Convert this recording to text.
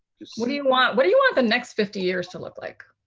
what do you want? what do you want the next fifty years to look like?